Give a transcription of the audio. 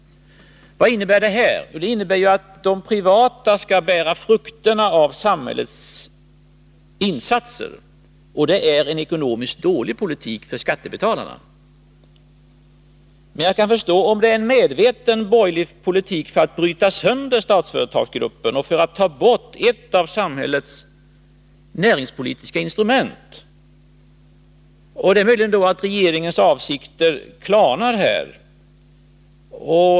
Vad innebär det här? Jo, det innebär att de privata intressena skall bära frukterna av samhällets insatser. Det är en ekonomiskt dålig politik för skattebetalarna. Men jag kan förstå detta, om det är en medvetet dålig borgerlig politik, som syftar till att bryta sönder Statsföretagsgruppen och att ta bort ett av samhällets näringspolitiska instrument. Det är möjligt att regeringens avsikter härvidlag då klarnar.